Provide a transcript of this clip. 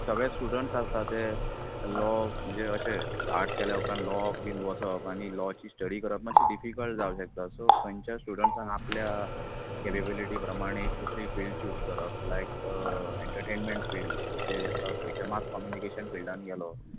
सगळे स्टुडंट्स आसता ते लॉ म्हणजे अशें आर्टस केल्या उपरांत लॉक बीन वचप आनी लॉची स्टडी करप मात्शी डिफिकल्ट जावंक शकता सो खंयच्या स्टुडंट्साक आपल्या केपेबिलिटी प्रमाणे दुसरी फिल्ड च्यूज करप लायक एंटरटेनमेंट फिल्ड म्हणजे मास कोम्युनिकेशन फिल्डान गेलो